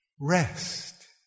rest